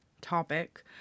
topic